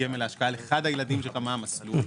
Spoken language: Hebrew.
לא,